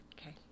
okay